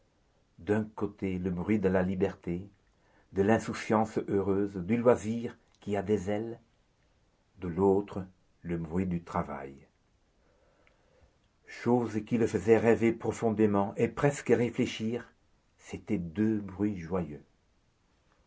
d'un côté le bruit de la liberté de l'insouciance heureuse du loisir qui a des ailes de l'autre le bruit du travail chose qui le faisait rêver profondément et presque réfléchir c'étaient deux bruits joyeux